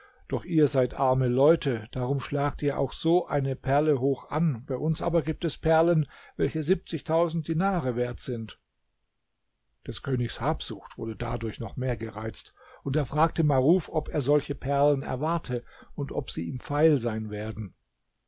doch ihr seid arme leute darum schlagt ihr auch so eine perle hoch an bei uns aber gibt es perlen welche siebzigtausend dinare wert sind des königs habsucht wurde dadurch noch mehr gereizt und er fragte maruf ob er solche perlen erwarte und ob sie ihm feil sein werden